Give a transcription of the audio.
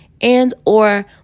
and/or